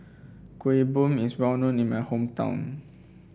Kuih Bom is well known in my hometown